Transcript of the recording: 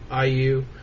IU